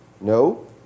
No